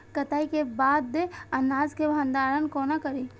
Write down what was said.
कटाई के बाद अनाज के भंडारण कोना करी?